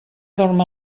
dorm